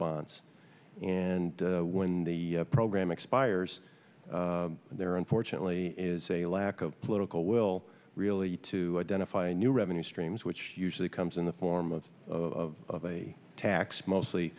bonds and when the program expires there unfortunately is a lack of political will really to identify new revenue streams which usually comes in the form of tax mostly